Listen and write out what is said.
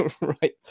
right